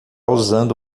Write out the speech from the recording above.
usando